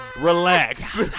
Relax